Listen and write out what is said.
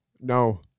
No